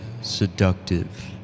seductive